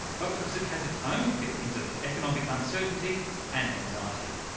but because it has its own feelings of economic uncertainty and anxiety.